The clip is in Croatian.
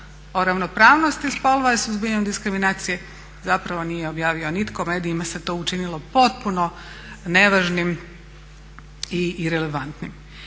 o ravnopravnosti spolova i suzbijanju diskriminacije zapravo nije objavio nitko. Medijima se to učinilo potpuno nevažnim i irelevantnim.